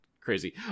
crazy